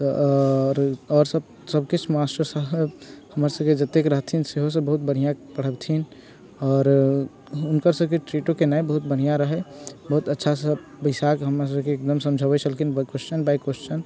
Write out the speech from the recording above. आओर सभ सभ किछु मास्टर साहब हमर सभके जतेक रहथिन सेहो सभ बढ़िआँ पढ़बथिन आओर हुनकर सभके ट्रीटो केनाय बहुत बढ़िआँ रहै बहुत अच्छासँ बैसाके हमरा सभके एकदम समझबै छलखिन क्वेस्चन बाइ क्वेस्चन